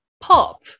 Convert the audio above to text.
pop